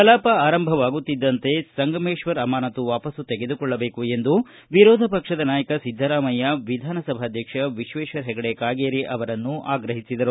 ಕಲಾಪ ಆರಂಭವಾಗುತ್ತಿದ್ದಂತೆ ಸಂಗಮೇಶ್ವರ್ ಅಮಾನತು ವಾಪಸ್ ತೆಗೆದುಕೊಳ್ಳಬೇಕು ಎಂದು ವಿರೋಧ ಪಕ್ಷದ ನಾಯಕ ಸಿದ್ದರಾಮಯ್ಯ ವಿಧಾನಸಭಾಧ್ಯಕ್ಷ ವಿಶ್ವೇಶ್ವರ ಹೆಗಡೆ ಕಾಗೇರಿ ಅವರನ್ನು ಆಗ್ರಹಿಸಿದರು